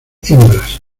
hembras